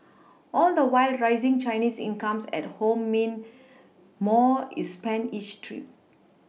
all the while rising Chinese incomes at home mean more is spent each trip